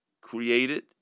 created